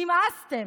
נמאסתם.